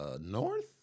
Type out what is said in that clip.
north